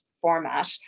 format